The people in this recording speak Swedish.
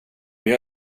jag